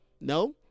No